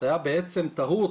הייתה בעצם טעות.